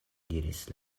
diris